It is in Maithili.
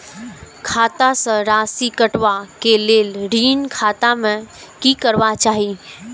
खाता स राशि कटवा कै लेल ऋण खाता में की करवा चाही?